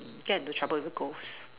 get into trouble with the ghosts